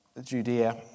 Judea